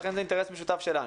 לכן זה אינטרס משותף שלנו.